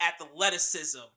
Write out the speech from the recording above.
athleticism